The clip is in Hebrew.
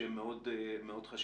שהם מאוד חשובים,